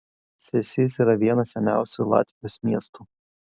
cėsys yra vienas seniausių latvijos miestų